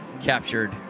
captured